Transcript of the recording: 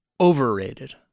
overrated